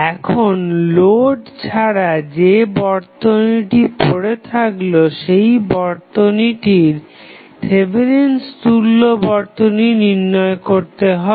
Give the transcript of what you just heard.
এখন লোড ছাড়া যে বর্তনীটি পড়ে থাকলো সেই বর্তনীটির থেভেনিন তুল্য বর্তনী নির্ণয় করতে হবে